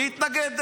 מי התנגד?